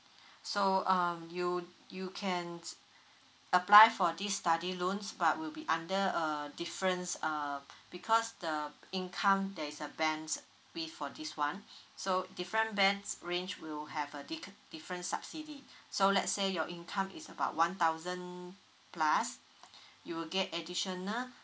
so um you you can apply for this study loans but will be under a different um because the income there is a bandwidth for this [one] so different band range will have a dic~ different subsidy so let's say your income is about one thousand plus you will get additional